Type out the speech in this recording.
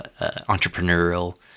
entrepreneurial